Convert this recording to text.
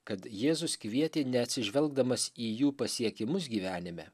kad jėzus kvietė neatsižvelgdamas į jų pasiekimus gyvenime